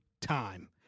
time